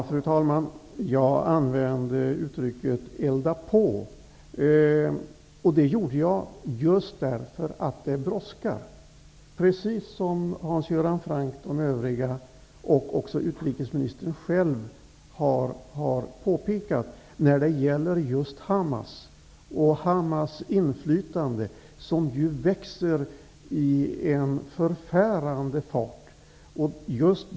Fru talman! Jag använde uttrycket ''elda på'', och det gjorde jag därför att det brådskar, precis som Hans Göran Franck, de övriga och utrikesministern själv har påpekat när det gäller Hamas och Hamas inflytande, som ju växer i en förfärande fart.